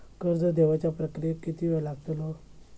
कर्ज देवच्या प्रक्रियेत किती येळ लागतलो?